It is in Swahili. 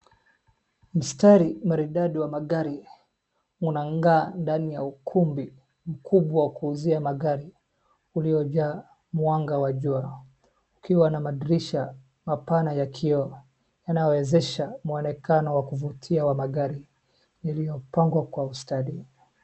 Mstari maridadi wa magari unang'aa ndani ya ukumbi mkubwa wa kuuzia magari uliojaa mwanga wa jua, ukiwa na madirisha mapana ya kioo yanawezesha mwonekano wa kuvutia wa magari, uliopangwa kwa ustadi.